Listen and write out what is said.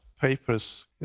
papers